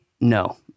no